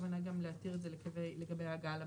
כוונה גם להתיר את זה לגבי הגעה לבדיקה?